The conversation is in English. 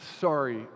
sorry